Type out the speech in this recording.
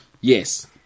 yes